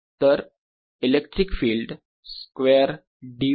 तर electric field square dV